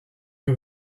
que